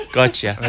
Gotcha